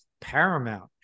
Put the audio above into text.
paramount